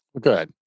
Good